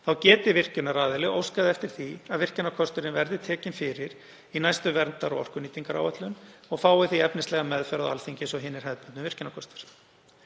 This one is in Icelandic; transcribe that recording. þá geti virkjunaraðili óskað eftir því að virkjunarkosturinn verði tekinn fyrir í næstu verndar- og orkunýtingaráætlun og fái því efnislega meðferð á Alþingi eins og hinir hefðbundnu virkjunarkostir.